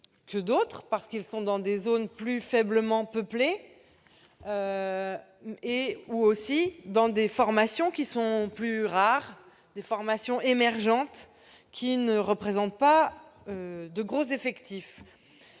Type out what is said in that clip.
centres, parce qu'ils sont dans des zones plus faiblement peuplées et dispensent des formations plus rares, des formations émergentes qui ne représentent pas de gros effectifs.